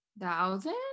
thousand